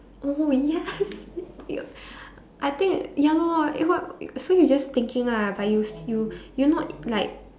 oh yes thank you I think ya lor eh what so you just thinking ah but use you you not like